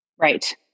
Right